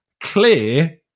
clear